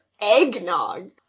eggnog